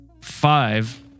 five